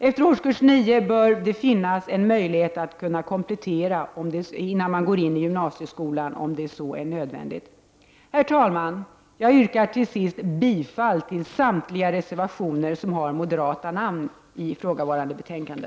Efter årskurs nio — före gymnasieskolan — bör det finnas en möjlighet att komplettera, om så är nödvändigt. Herr talman! Jag yrkar bifall till samtliga reservationer som har moderata namn i ifrågavarande betänkande.